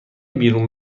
بیرون